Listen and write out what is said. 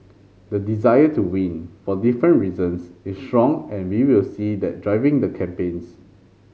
the desire to win for different reasons is strong and we will see that driving the campaigns